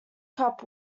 cup